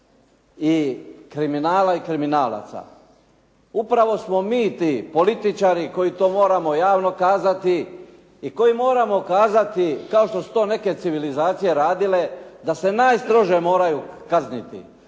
i kriminala i kriminalaca. Upravo smo mi ti političari koji to moramo javno kazati i koji moramo kazati kao što su to neke civilizacije radile da se najstrože moraju kazniti